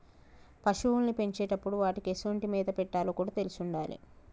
పశువుల్ని పెంచేటప్పుడు వాటికీ ఎసొంటి మేత పెట్టాలో కూడా తెలిసుండాలి